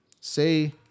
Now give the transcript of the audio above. Say